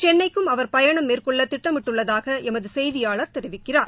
சென்னைக்கும் அவர் பயணம் மேற்கொள்ள திட்டமிட்டுள்ளதாக எமது செய்தியாளர் தெரிவிக்கிறார்